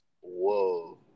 Whoa